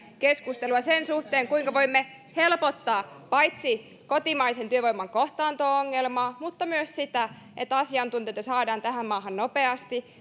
keskustelua sen suhteen kuinka voimme helpottaa paitsi kotimaisen työvoiman kohtaanto ongelmaa myös sitä että asiantuntijoita saadaan tähän maahan nopeasti